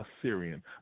Assyrian